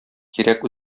кирәк